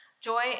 joy